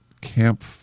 camp